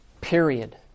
Period